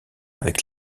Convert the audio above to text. avec